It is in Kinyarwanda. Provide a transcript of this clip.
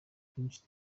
twinshi